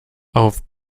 auf